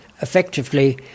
effectively